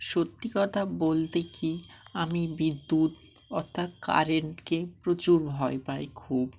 সত্যি কথা বলতে কি আমি বিদ্যুৎ অর্থাৎ কারেন্টকে প্রচুর ভয় পাই খুব